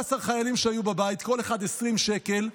15 חיילים היו בבית, כל אחד שם 20 שקל,